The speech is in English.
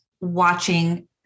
watching